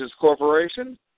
Corporation